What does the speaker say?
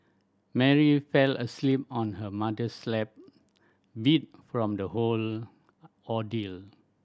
Mary fell asleep on her mother's lap beat from the whole ordeal